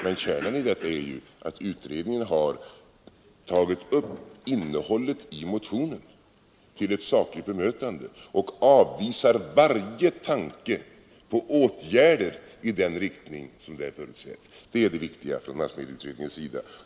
Men kärnan här är att massmedieutredningen har tagit upp innehållet i motionen till ett sakligt bemötande och avvisar varje tanke på åtgärder i den riktning som förutsätts i motionen. Det är det viktiga i massmedieutredningens yttrande.